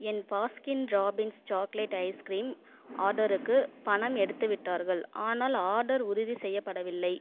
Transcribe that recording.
என் Baskin Robbins chocolate ice cream ஆர்டருக்கு பணம் எடுத்துவிட்டார்கள் ஆனால் ஆர்டர் உறுதி செய்யப்படவில்லை